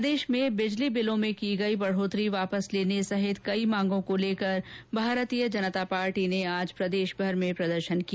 प्रदेश में बिजली बिलों में की गई बढ़ोतरी वापस लेने सहित कई मांगों को लेकर भारतीय जनता पार्टी ने आज प्रदेशभर में प्रदर्शन किया